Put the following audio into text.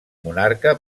monarca